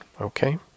okay